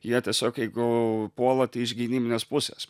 jie tiesiog jeigu puola tai iš gynybinės pusės